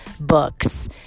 books